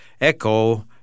echo